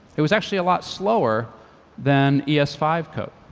it was actually a lot slower than e s five code.